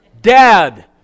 Dad